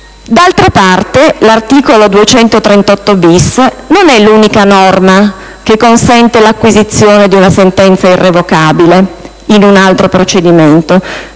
D'altra parte, l'articolo 238-*bis* non è l'unica norma che consente l'acquisizione di una sentenza irrevocabile in un altro procedimento;